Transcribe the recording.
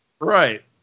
Right